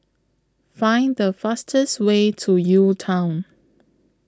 Find The fastest Way to UTown